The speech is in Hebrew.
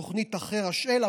בתוכנית החכר-השאל,